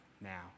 now